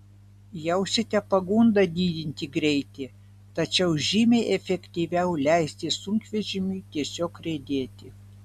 jausite pagundą didinti greitį tačiau žymiai efektyviau leisti sunkvežimiui tiesiog riedėti